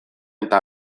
eta